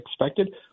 expected